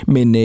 Men